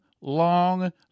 long